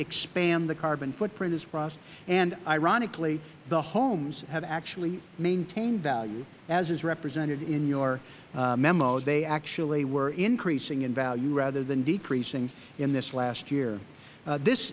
expand the carbon footprint and ironically the homes have actually maintained value as is represented in your memo they actually were increasing in value rather than decreasing in this last year this